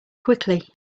quickly